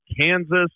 Kansas